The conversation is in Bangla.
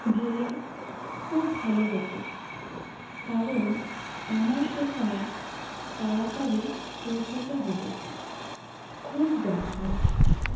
গেলে খুব ভালো হতো কারণ আমার সেখানে তাড়াতাড়ি পৌঁছাতে হবে খুব দরকার